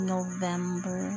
November